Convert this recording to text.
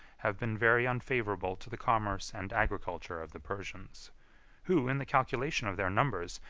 have been very unfavorable to the commerce and agriculture of the persians who, in the calculation of their numbers,